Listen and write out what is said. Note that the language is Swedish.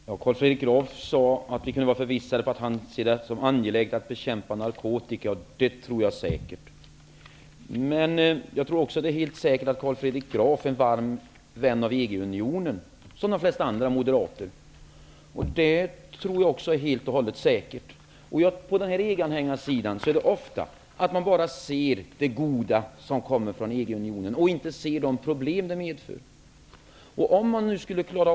Herr talman! Carl Fredrik Graf sade att vi kan vara förvissade om att han ser det som angeläget att bekämpa narkotika. Det tror jag också säkert. Men jag tror också att det är helt säkert att Carl Fredrik Graf, som de flesta andra moderater, är en varm vän av EG-unionen. EG-anhängarsidan ser ofta bara det goda som kommer från EG-unionen och inte de problem som ett medlemskap skulle medföra.